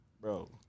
Bro